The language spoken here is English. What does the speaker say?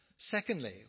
Secondly